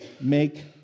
make